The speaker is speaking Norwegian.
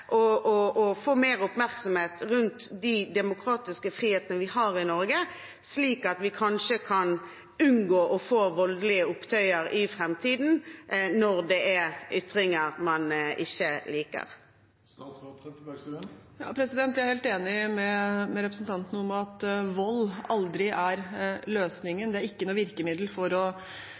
få mer oppmerksomhet rundt de demokratiske frihetene vi har i Norge, slik at vi kanskje kan unngå å få voldelige opptøyer i framtiden når det er ytringer man ikke liker. Jeg er helt enig med representanten i at vold aldri er løsningen. Det er ikke noe virkemiddel for